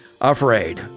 afraid